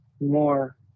more